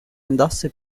andasse